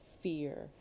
fear